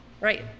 Right